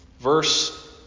verse